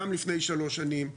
גם לפני שלוש שנים,